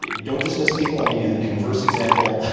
don't dismiss people. i'll give you the converse example.